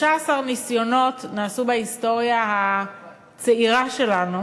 13 ניסיונות נעשו בהיסטוריה הצעירה שלנו